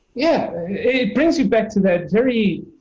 yeah, it brings you back to that very,